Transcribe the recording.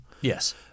Yes